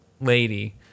lady